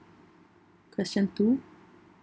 question two